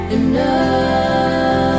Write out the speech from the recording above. enough